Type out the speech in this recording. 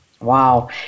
Wow